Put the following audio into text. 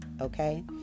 okay